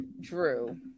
Drew